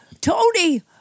Tony